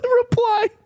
reply